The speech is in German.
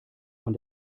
von